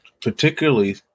Particularly